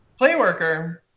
Playworker